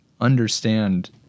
understand